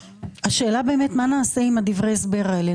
השאלה באמת מה נעשה עם דברי ההסבר האלה.